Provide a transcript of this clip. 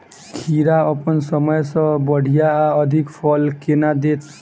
खीरा अप्पन समय सँ बढ़िया आ अधिक फल केना देत?